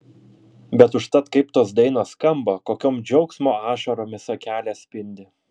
bet užtat kaip tos dainos skamba kokiom džiaugsmo ašaromis akelės spindi